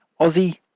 aussie